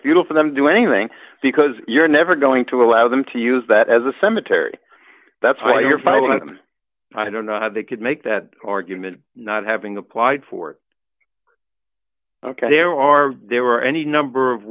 futile for them to do anything because you're never going to allow them to use that as a cemetery that's why you're filing them i don't know how they could make that argument not having applied for it ok there are there are any number of